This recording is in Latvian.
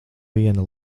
viena